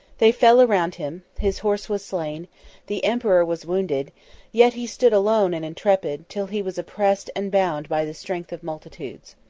they fell around him his horse was slain the emperor was wounded yet he stood alone and intrepid, till he was oppressed and bound by the strength of multitudes.